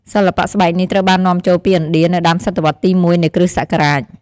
សិល្បៈស្បែកនេះ ត្រូវបាននាំចូលពីឥណ្ឌានៅដើមសតវត្សទី១ នៃគ្រិស្តសករាជ។